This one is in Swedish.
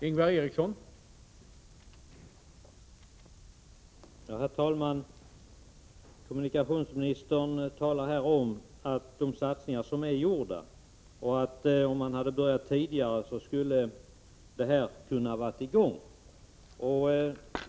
Herr talman! Kommunikationsministern talar om de satsningar som gjorts och säger att projektet skulle ha kunnat vara i gång om satsningarna hade påbörjats tidigare.